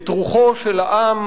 את רוחו של העם